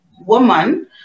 woman